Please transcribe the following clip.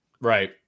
right